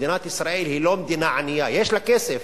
מדינת ישראל היא לא מדינה ענייה, יש לה כסף.